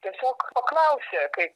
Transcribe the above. tiesiog paklausė kaip